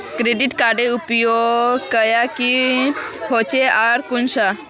Credit कार्डेर उपयोग क्याँ होचे आर कुंसम?